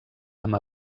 amb